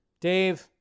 Dave